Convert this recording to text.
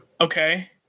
okay